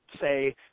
say